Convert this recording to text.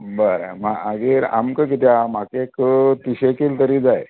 बरें मागीर आमकां कितें आहा म्हाका एक तिशें कील तरी जाय